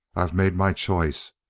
i've made my choice.